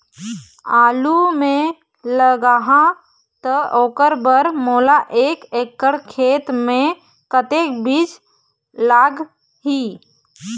आलू मे लगाहा त ओकर बर मोला एक एकड़ खेत मे कतक बीज लाग ही?